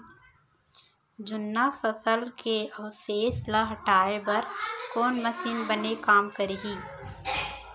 जुन्ना फसल के अवशेष ला हटाए बर कोन मशीन बने काम करही?